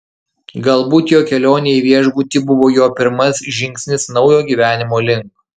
galbūt jo kelionė į viešbutį buvo jo pirmas žingsnis naujo gyvenimo link